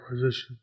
position